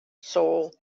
soul